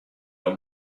your